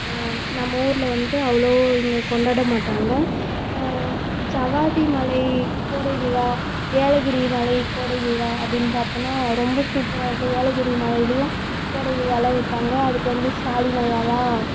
நம்ம ஊரில் வந்து அவ்வளோ இங்கே கொண்டாட மாட்டாங்க ஜவ்வாது மலை கோடை விழா ஏலகிரி மலை கோடை விழா அப்படின்னு பார்த்தோம்னா ரொம்ப சூப்பராக இருக்கும் ஏலகிரி மலையிலேயும் கோடை விழலாம் வைப்பாங்க அதுக்கு வந்து ஸ்டாலின் ஐயாலாம்